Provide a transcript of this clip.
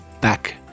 back